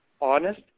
honest